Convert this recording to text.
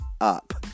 up